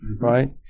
right